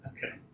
Okay